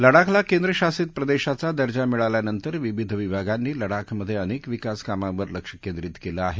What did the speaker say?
लडाखला केंद्र शासित प्रदेशाचा दर्जा मिळाल्यानंतर विविध विभागांनी लडाखमधे अनेक विकासकामावर लक्ष केंद्रीत केलं आहे